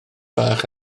bach